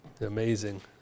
Amazing